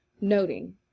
Noting